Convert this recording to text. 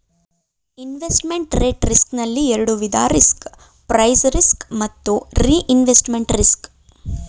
investment rate risk ನಲ್ಲಿ ಎರಡು ವಿಧ ರಿಸ್ಕ್ ಪ್ರೈಸ್ ರಿಸ್ಕ್ ಮತ್ತು ರಿಇನ್ವೆಸ್ಟ್ಮೆಂಟ್ ರಿಸ್ಕ್